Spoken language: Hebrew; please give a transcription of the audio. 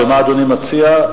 מה אדוני מציע?